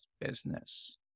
business